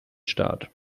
start